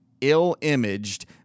ill-imaged